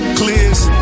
clears